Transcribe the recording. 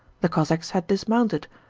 the cossacks had dismounted,